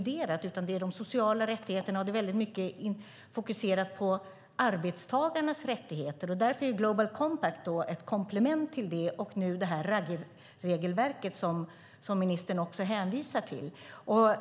Det handlar om de sociala rättigheterna, och det är väldigt mycket fokuserat på arbetstagarnas rättigheter. Därför är Global Compact ett komplement till detta, och nu även Ruggieregelverket som ministern också hänvisar till.